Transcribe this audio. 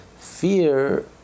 Fear